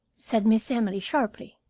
said miss emily sharply.